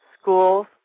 schools